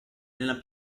nella